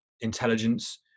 intelligence